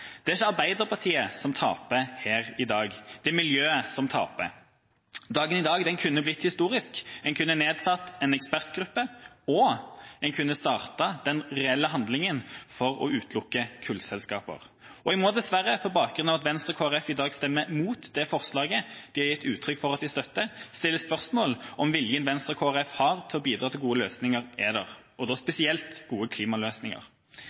det andre: Det er ikke Arbeiderpartiet som taper her i dag – det er miljøet som taper. Dagen i dag kunne blitt historisk. En kunne nedsatt en ekspertgruppe, og en kunne startet den reelle handlingen for å utelukke kullselskaper. Jeg må dessverre, på bakgrunn av at Venstre og Kristelig Folkeparti i dag stemmer mot det forslaget de har gitt uttrykk for at de støtter, stille spørsmål ved om viljen Venstre og Kristelig Folkeparti har til å bidra til gode løsninger, er der – og da spesielt gode klimaløsninger.